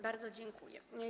Bardzo dziękuję.